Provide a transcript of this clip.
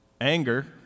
anger